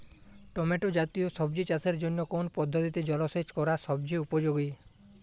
Tomato জাতীয় সবজি চাষের জন্য কোন পদ্ধতিতে জলসেচ করা সবচেয়ে উপযোগী?